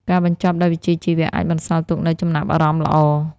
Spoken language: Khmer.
ការបញ្ចប់ដោយវិជ្ជាជីវៈអាចបន្សល់ទុកនូវចំណាប់អារម្មណ៍ល្អ។